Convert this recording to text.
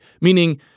Meaning